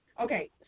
Okay